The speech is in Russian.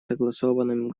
согласованным